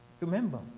Remember